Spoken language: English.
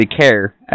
care